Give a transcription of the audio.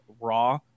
raw